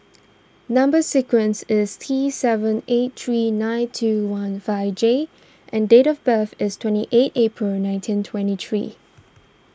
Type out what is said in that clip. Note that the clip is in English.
Number Sequence is T seven eight three nine two one five J and date of birth is twenty eight April nineteen twenty three